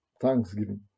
thanksgiving